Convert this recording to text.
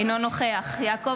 אינו נוכח יעקב